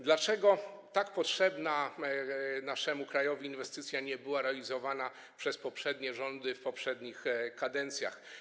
Dlaczego tak potrzebna naszemu krajowi inwestycja nie była realizowana przez poprzednie rządy w poprzednich kadencjach?